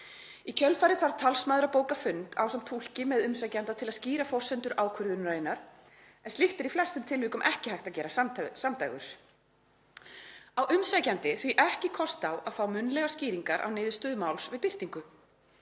„Í kjölfarið þarf talsmaður að bóka fund ásamt túlki með umsækjanda til að skýra forsendur ákvörðunarinnar en slíkt er í flestum tilvikum ekki hægt að gera samdægurs. Á umsækjandi því ekki kost á að fá munnlegar skýringar á niðurstöðu máls við birtingu.